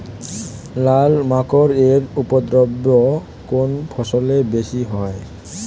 লাল মাকড় এর উপদ্রব কোন ফসলে বেশি হয়?